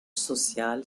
social